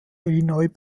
illinois